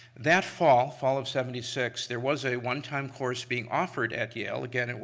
that fall, fall of seventy six, there was a one-time course being offered at yale, again, and